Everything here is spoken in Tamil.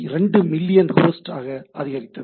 2 மில்லியன் ஹோஸ்ட் ஆக அதிகரித்தது